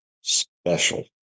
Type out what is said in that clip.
special